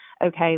okay